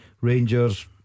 Rangers